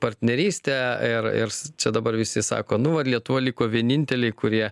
partnerystę ir ir s čia dabar visi sako nu vat lietuva liko vieninteliai kurie